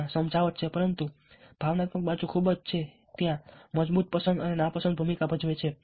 ત્યાં સમજાવટ છે પરંતુ ભાવનાત્મક બાજુ ખૂબ જ છે ત્યાં મજબૂત પસંદ અને નાપસંદ ભૂમિકા ભજવે છે